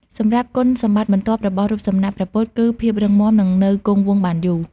សម្រាប់គុណសម្បត្តិបន្ទាប់របស់រូបសំណាកព្រះពុទ្ធគឺ ភាពរឹងមាំនិងនៅគង់វង្សបានយូរ។